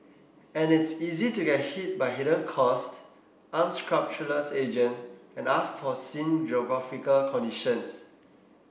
and it's easy to get hit by hidden costs unscrupulous agent and unforeseen geographical conditions